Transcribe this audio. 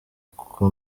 kuko